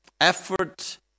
Effort